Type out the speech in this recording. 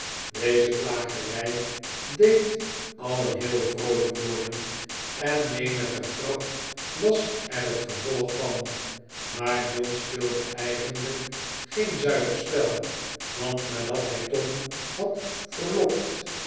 deze plagerij deed alien heel vroolijk worden en menige grap was er het gevolg van maar john speelde eigenlijk geen zuiver spel want nadat hij tom had verlokt